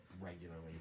regularly